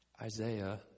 Isaiah